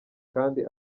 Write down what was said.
kandi